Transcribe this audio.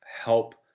help